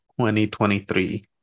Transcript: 2023